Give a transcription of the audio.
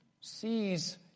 sees